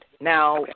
Now